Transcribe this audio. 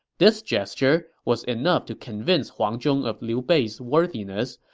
this gesture was enough to convince huang zhong of liu bei's worthiness,